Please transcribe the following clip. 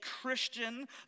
Christian